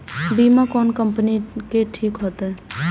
बीमा कोन कम्पनी के ठीक होते?